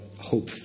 hope